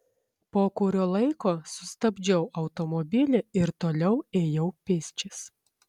po kurio laiko sustabdžiau automobilį ir toliau ėjau pėsčias